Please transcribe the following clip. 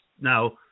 now